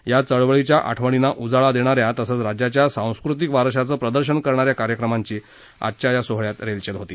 या चळवळीच्या आठवणींना उजाळा देणा या तसंच राज्याच्या सांस्कृतिक वारशाचं प्रदर्शन करणाऱ्या कार्यक्रमांची आजच्या या सोहळ्यात रेलचेल होती